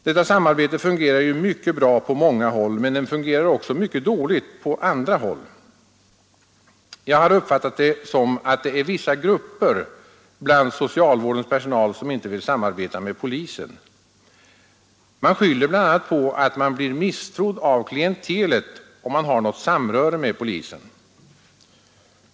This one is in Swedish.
Detta samarbete fungerar mycket bra på många håll, men också mycket dåligt på andra håll. Jag har fått uppfattningen att det är vissa grupper bland socialvårdens personal som inte vill samarbete med polisen. De skyller bl. a: på att de blir misstrodda av klientelet om de har något samröre med polisen.